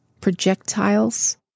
projectiles